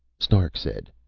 stark said,